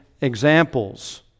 examples